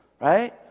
right